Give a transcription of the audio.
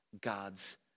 God's